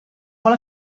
molt